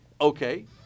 Okay